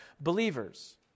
believers